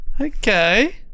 Okay